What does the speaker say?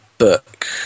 Book